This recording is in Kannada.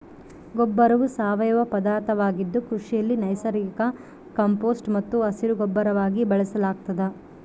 ಗೊಬ್ಬರವು ಸಾವಯವ ಪದಾರ್ಥವಾಗಿದ್ದು ಕೃಷಿಯಲ್ಲಿ ನೈಸರ್ಗಿಕ ಕಾಂಪೋಸ್ಟ್ ಮತ್ತು ಹಸಿರುಗೊಬ್ಬರವಾಗಿ ಬಳಸಲಾಗ್ತದ